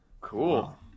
Cool